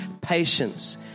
patience